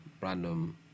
random